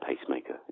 pacemaker